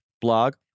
blog